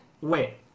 Wait